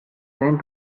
sent